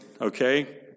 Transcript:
Okay